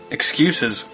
Excuses